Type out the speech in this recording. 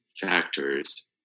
factors